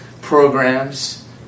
programs